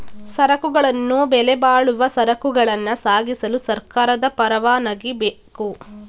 ಸರಕುಗಳನ್ನು ಬೆಲೆಬಾಳುವ ಸರಕುಗಳನ್ನ ಸಾಗಿಸಲು ಸರ್ಕಾರದ ಪರವಾನಗಿ ಬೇಕು